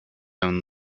own